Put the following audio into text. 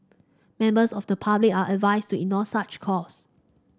members of the public are advised to ignore such calls